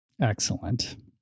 Excellent